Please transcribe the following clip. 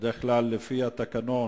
בדרך כלל, לפי התקנון,